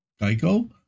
Geico